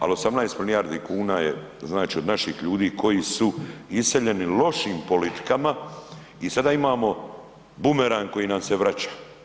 Ali 18 milijardi kuna je znači od naših ljudi koji su iseljeni lošim politikama i sada imamo bumerang koji nam se vraća.